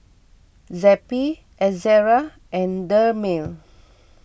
Zappy Ezerra and Dermale